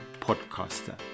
podcaster